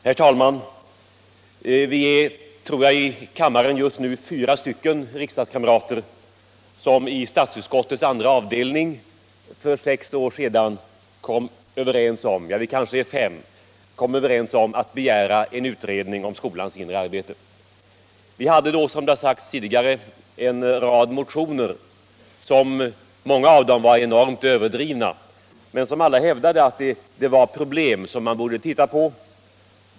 Herr talman! Vi är, tror jag, i kammaren just nu fyra eller fem riksdagskamrater som i statsutskottets andra avdelning för sex år sedan kom överens om att begära en utredning om skolans inre arbete. Vi hade då, som det har sagts tidigare, en rad motioner, av vilka många var överdrivna men som alla hävdade att det fanns problem i skolan som man borde se på.